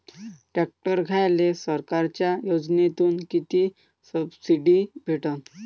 Tractor घ्यायले सरकारच्या योजनेतून किती सबसिडी भेटन?